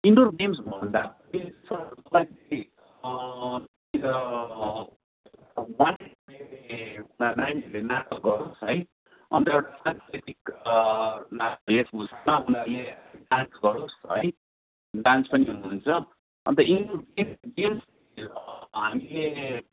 indoor गेम्सभन्दा पनि sir मलाई के नानीहरूले नाटक गरोस् है अन्त सांस्कृतिक नाच वेशभूषामा उनीहरूले डान्स गरोस् है डान्स पनि हुनुहुन्छ अन्त इन्डोर गेम्स हामीले